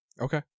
Okay